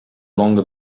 longer